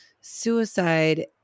suicide